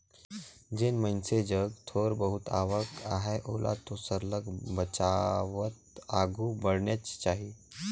जेन मइनसे जग थोर बहुत आवक अहे ओला तो सरलग बचावत आघु बढ़नेच चाही